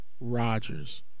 Rodgers